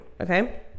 okay